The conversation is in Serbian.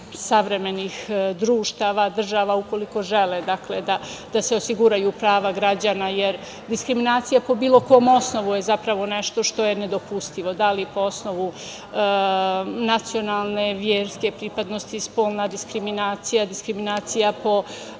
savremeni društava, država, ukoliko žele da se osiguraju prava građana, jer diskriminacija po bilo kom osnovu je zapravo nešto što je nedopustivo, da li po osnovu nacionalne, verske pripadnosti, polna diskriminacija, diskriminacija po